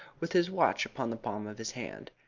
with his watch upon the palm of his hand.